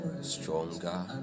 stronger